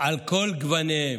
על כל גווניהם,